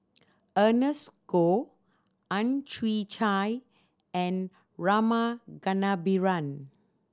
Ernest Goh Ang Chwee Chai and Rama Kannabiran